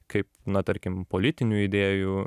kaip na tarkim politinių idėjų